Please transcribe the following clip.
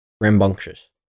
rambunctious